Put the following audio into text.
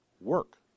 work